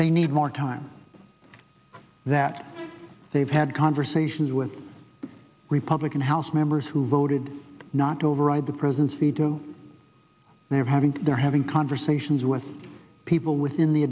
they need more time that they've had conversations with republican house members who voted not to override the presence the do they have having their having conversations with people within the